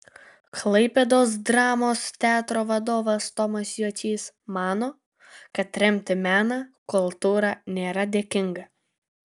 klaipėdos dramos teatro vadovas tomas juočys mano kad remti meną kultūrą nėra dėkinga